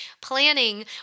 planning